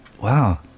Wow